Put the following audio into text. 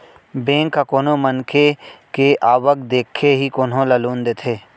bank ह कोनो मनखे के आवक देखके ही कोनो ल लोन देथे